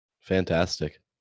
Fantastic